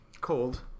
Cold